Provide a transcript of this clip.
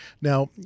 Now